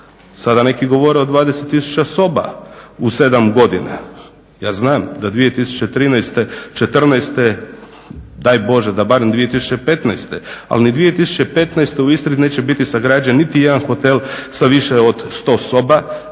Sada neki govore od 20 tisuća soba u 7 godina. Ja znam da 2013., 2014. daj Bože da barem 2015., ali ni 2015. u Istri neće biti sagrađen niti jedan hotel sa više od 100 soba,